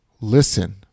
listen